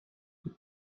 kuid